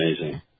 amazing